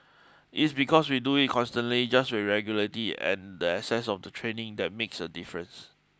its because we do it constantly just with regularity and the access of the training that makes a difference